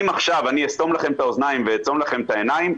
אם אסתום לכם את האוזניים ואעצום לכם את העיניים,